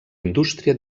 indústria